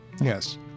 Yes